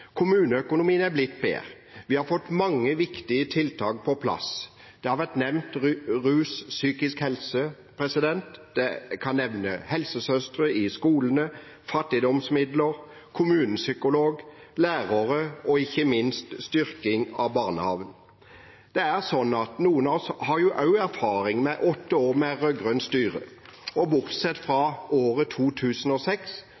Kommuneøkonomien er blitt bedre. Vi har fått mange viktige tiltak på plass. Rus og psykisk helse har vært nevnt. Jeg kan nevne helsesøstre i skolene, fattigdomsmidler, kommunepsykolog, lærere og ikke minst styrking av barnehagen. Det er sånn at noen av oss også har erfaring med åtte år med rød-grønt styre. Bortsett fra året 2006 var det stram økonomi. Det var vanskelig å lede en kommune, og